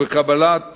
ובקבלת